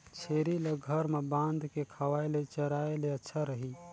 छेरी ल घर म बांध के खवाय ले चराय ले अच्छा रही?